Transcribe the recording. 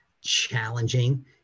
challenging